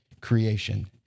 creation